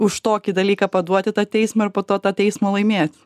už tokį dalyką paduot į tą teismą ir po to tą teismą laimėt